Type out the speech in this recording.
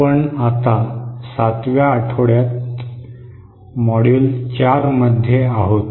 आपण आता सातव्या आठवड्यात मॉड्यूल 4 मध्ये आहोत